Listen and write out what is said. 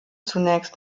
zunächst